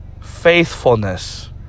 faithfulness